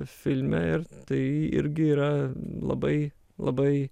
filme ir tai irgi yra labai labai